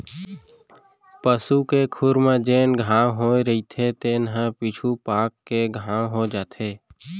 पसू के खुर म जेन घांव होए रइथे तेने ह पीछू पाक के घाव हो जाथे